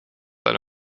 eine